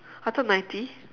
I thought ninety